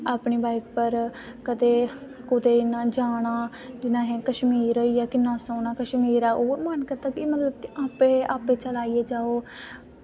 अपनी बाईक पर कदें कुदै इ'यां जाना जि'यां असें कश्मीर होई गेआ किन्ना सोह्ना कश्मीर होई गेआ ओह्दा मन बी करदा ते आपें चलाइयै जाओ